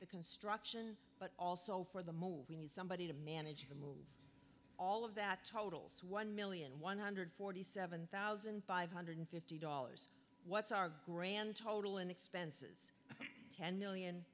the construction but also for the move we need somebody to manage the move all of that totals one million one hundred and forty seven thousand five hundred and fifty dollars what's our grand total and expenses ten million